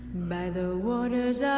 by the waters ah